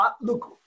look